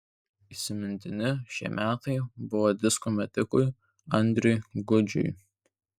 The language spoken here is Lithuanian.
įsimintini šie metai buvo disko metikui andriui gudžiui